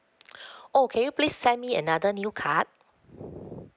oh can you please send me another new card